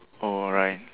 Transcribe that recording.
oh alright